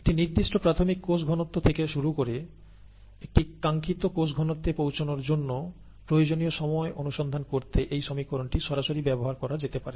একটি নির্দিষ্ট প্রাথমিক কোষ ঘনত্ব থেকে শুরু করে একটি কাঙ্খিত কোষ ঘনত্বে পৌঁছানোর জন্য প্রয়োজনীয় সময় অনুসন্ধান করতে এই সমীকরণটি সরাসরি ব্যবহার করা যেতে পারে